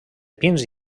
pins